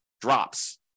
drops